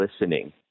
listening